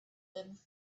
him